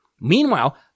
Meanwhile